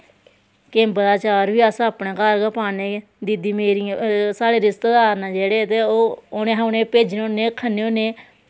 किम्ब दा चार बी अस अपने घर गै पान्ने दीदी मेरी साढ़े रिश्तेदार न जेह्ड़े ते ओह् उ'नें अह् उनें भेजन्ने होन्ने खन्ने होन्ने